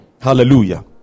Hallelujah